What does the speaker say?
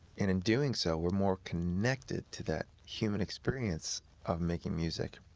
in and doing so, we're more connected to that human experience of making music.